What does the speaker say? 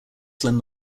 slim